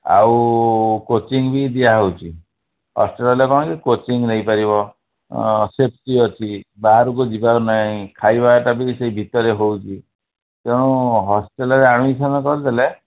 ଆଉ କୋଚିଂ ବି ଦିଆହେଉଛି ହଷ୍ଟେଲ୍ରେ ରହିଲେ କ'ଣ କି କୋଚିଂ ନେଇପାରିବ ସେପ୍ଟି ଅଛି ବାହାରକୁ ଯିବାର ନାହିଁ ଖାଇବାଟା ବି ସେଇ ଭିତରେ ହେଉଛି ତେଣୁ ହଷ୍ଟେଲ୍ରେ ଆଡ଼୍ମିଶନ୍ କରିଦେଲେ